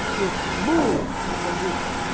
it moved the people.